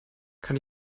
kann